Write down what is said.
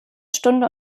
stunde